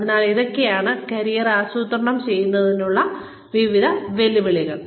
അതിനാൽ ഇതൊക്കെയാണ് കരിയർ ആസൂത്രണം ചെയ്യുന്നതിനുള്ള വിവിധ വെല്ലുവിളികൾ